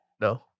No